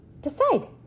Decide